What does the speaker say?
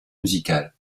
musicale